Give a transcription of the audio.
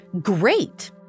great